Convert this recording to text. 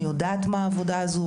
אני מכירה העבודה הזו,